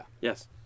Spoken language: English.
Yes